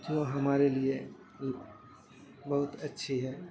جو ہمارے لیے بہت اچھی ہے